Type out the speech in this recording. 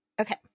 Okay